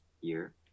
year